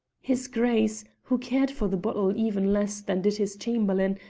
his grace, who cared for the bottle even less than did his chamberlain,